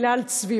תודה לאל.